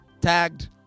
tagged